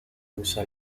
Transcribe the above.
usa